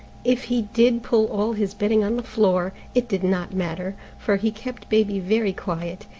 if he did pull all his bedding on the floor, it did not matter, for he kept baby very quiet,